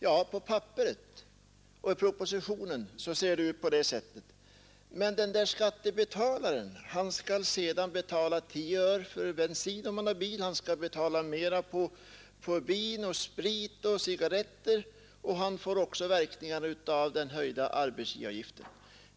Ja, på papperet; i propositionen ser det ut på det sättet. Men den där skattebetalaren skall sedan betala 10 öre för bensin, om han har bil, han skall betala mera för vin och sprit och cigarretter och han får också känna av verkningarna av den höjda arbetsgivaravgiften.